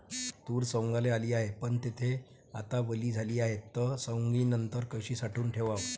तूर सवंगाले आली हाये, पन थे आता वली झाली हाये, त सवंगनीनंतर कशी साठवून ठेवाव?